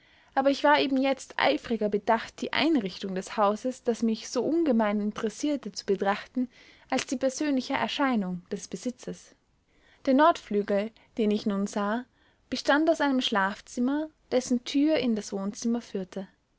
aber ich war eben jetzt eifriger bedacht die einrichtung des hauses das mich so ungemein interessierte zu betrachten als die persönliche erscheinung des besitzers der nordflügel den ich nun sah bestand aus einem schlafzimmer dessen tür in das wohnzimmer führte